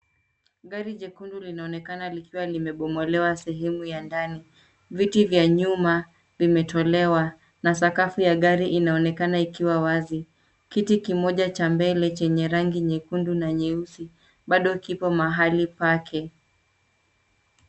Gari jekundu linaonekana likiwa limebomolewa sehemu ya ndani. Viti vya nyuma vimetolewa na sakafu ya gari inaonekana ikiwa wazi. Kiti kimoja cha mbele chenye rangi nyekundu na nyeusi bado kipo mahali pake.